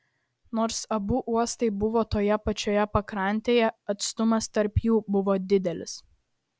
nors abu uostai buvo toje pačioje pakrantėje atstumas tarp jų buvo didelis